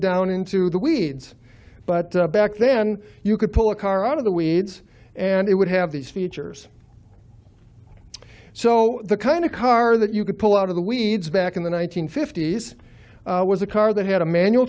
down into the weeds but back then you could pull a car out of the weeds and it would have these features so the kind of car that you could pull out of the weeds back in the one nine hundred fifty s was a car that had a manual